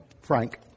Frank